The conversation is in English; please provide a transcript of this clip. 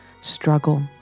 struggle